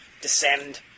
descend